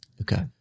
Okay